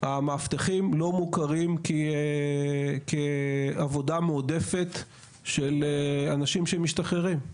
המאבטחים לא מוכרים כעבודה מועדפת של אנשים שמשתחררים.